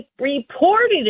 reported